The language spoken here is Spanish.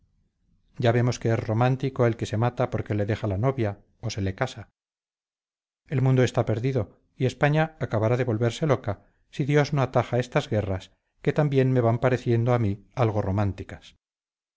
ya vemos que es romántico el que se mata porque le deja la novia o se le casa el mundo está perdido y españa acabará de volverse loca si dios no ataja estas guerras que también me van pareciendo a mí algo románticas